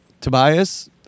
Tobias